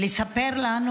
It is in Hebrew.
לספר לנו,